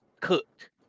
Cooked